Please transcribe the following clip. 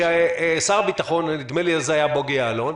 שר הביטחון נדמה לי היה בוגי יעלון,